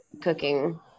cooking